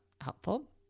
helpful